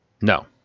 No